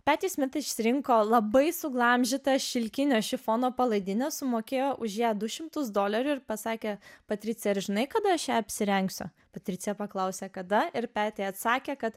t išsirinko labai suglamžytą šilkinio šifono palaidinę sumokėjo už ją du šimtus dolerių ir pasakė patricija ar žinai kada aš apsirengsiu patricija paklausė kada ir atsakė kad